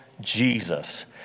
Jesus